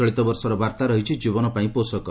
ଚଳିତବର୍ଷର ବାର୍ତ୍ତା ରହିଛି ଜୀବନ ପାଇଁ ପୋଷକ